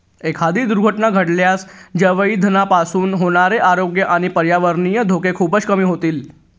एखादी दुर्घटना घडल्यास जैवइंधनापासून होणारे आरोग्य आणि पर्यावरणीय धोके खूपच कमी होतील